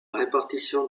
répartition